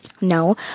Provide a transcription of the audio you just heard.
no